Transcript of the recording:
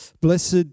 Blessed